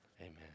Amen